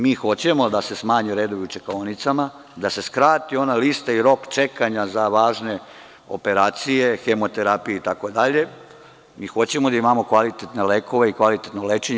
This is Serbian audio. Mi hoćemo da se smanje redovi u čekaonicama, da se skrati ona lista i rok čekanja za važne operacije, hemoterapije itd. i hoćemo da imamo kvalitetne lekove i kvalitetno lečenje.